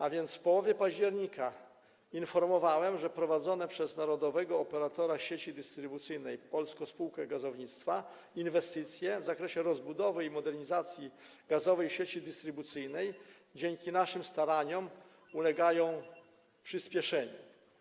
A więc w połowie października informowałem, że prowadzone przez narodowego operatora sieci dystrybucyjnej Polską Spółkę Gazownictwa inwestycje w zakresie rozbudowy i modernizacji gazowej sieci dystrybucyjnej dzięki naszym staraniom ulegają przyspieszeniu.